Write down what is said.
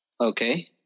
Okay